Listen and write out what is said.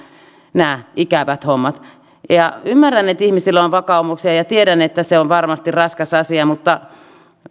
nämä ikävät hommat ymmärrän että ihmisillä on vakaumuksia ja tiedän että se on varmasti raskas asia